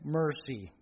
mercy